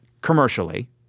commercially